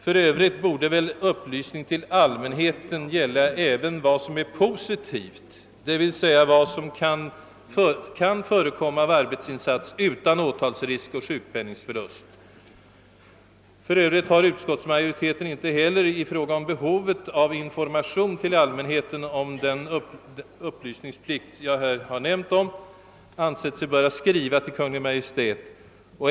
För övrigt borde väl upplysning till allmänheten gälla även vad som är positivt, d.v.s. vad som kan få förekomma i fråga om arbetsinsats utan åtalsrisk och sjukpenningförlust. Utskottsmajoriteten har inte heller beträffande behovet av information till allmänheten om den upplysningsplikt som jag här har talat om ansett sig böra skriva till Kungl. Maj:t.